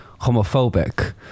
homophobic